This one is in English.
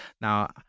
Now